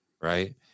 Right